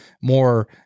more